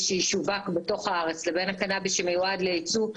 שישווק בתוך הארץ לבין הקנאביס שמיועד לייצוא,